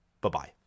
Bye-bye